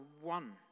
one